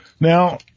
Now